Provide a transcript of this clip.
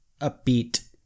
upbeat